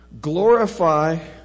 glorify